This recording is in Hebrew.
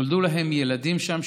נולדו להם ילדים שם,